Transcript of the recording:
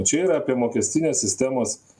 čia yra apie mokestinės sistemos